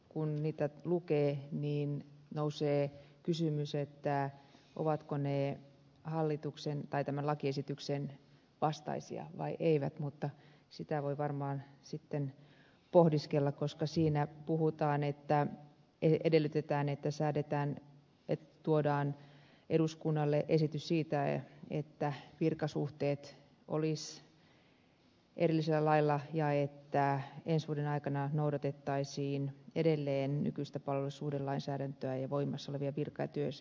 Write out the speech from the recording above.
kun niitä lukee niin nousee kysymys ovatko ne tämän lakiesityksen vastaisia vai eivät mutta sitä voi varmaan sitten pohdiskella koska niissä edellytetään että tuodaan eduskunnalle esitys siitä että virkasuhteet olisivat erillisellä lailla ja että ensi vuoden aikana noudatettaisiin edelleen nykyistä palvelussuhdelainsäädäntöä ja voimassa olevia virka ja työehtosopimuksia